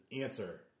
answer